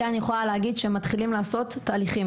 כן אני יכולה להגיד שמתחילים לעשות תהליכים.